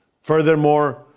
Furthermore